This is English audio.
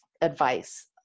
advice